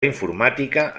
informàtica